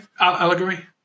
Allegory